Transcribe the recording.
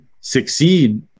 succeed